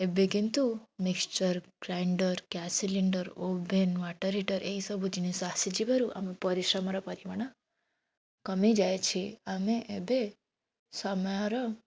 ଏବେ କିନ୍ତୁ mixture grinder gas cylinder oven water heater ଏହିସବୁ ଜିନିଷ ଆସିଯିବାରୁ ଆମ ପରିଶ୍ରମର ପରିମାଣ କମିଯାଇଛି ଆମେ ଏବେ ସମୟର